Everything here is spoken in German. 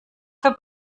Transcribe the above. für